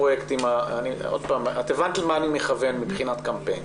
את הבנת למה אני מכוון מבחינת קמפיין.